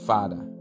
Father